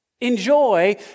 Enjoy